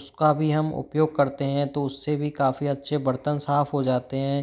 उसका भी हम उपयोग करते हैं तो उससे भी काफ़ी अच्छे बर्तन साफ हो जाते हैं